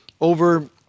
over